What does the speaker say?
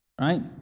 Right